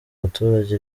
baturage